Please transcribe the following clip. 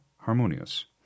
harmonious